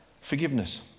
forgiveness